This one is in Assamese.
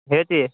সেইটোৱে